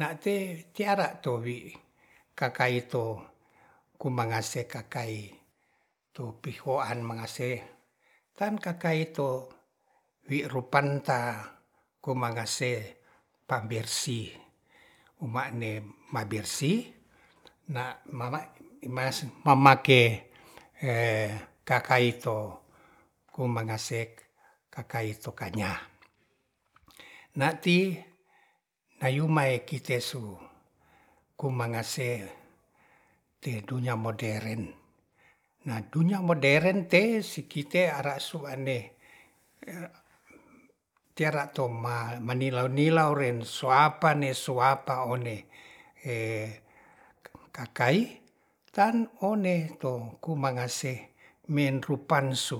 na'te tiara towi kakaito kumangase kakai to pihoan mangase tan kakae to wi rupan ta komangase pabersih umane mabersi na mama mamake kakaito komangase kakaito kanya nati ayumae kite su ku mangase di dunia moderen madunia moderen te sikite ara su'ane tera to manilow-nilow soapa soapa odei ee kakai kan one to kumangase men rupansu